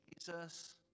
Jesus